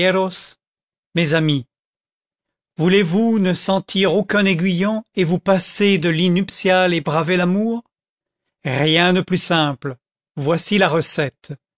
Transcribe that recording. mes amis voulez-vous ne sentir aucun aiguillon et vous passer de lit nuptial et braver l'amour rien de plus simple voici la recette